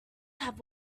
have